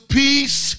peace